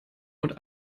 und